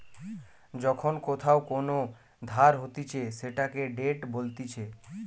যখন কোথাও কোন ধার হতিছে সেটাকে ডেট বলতিছে